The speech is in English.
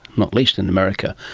not least in america,